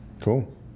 cool